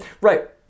Right